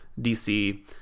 DC